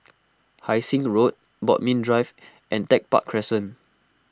Hai Sing Road Bodmin Drive and Tech Park Crescent